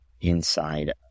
inside